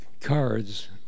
cards